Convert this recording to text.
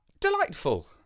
Delightful